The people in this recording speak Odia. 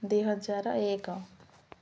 ଦୁଇ ହଜାର ଏକ